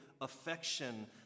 affection